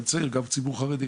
גם צעיר וגם ציבור חרדי,